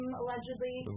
allegedly